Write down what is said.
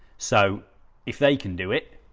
so if they can do it,